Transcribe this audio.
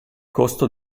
costo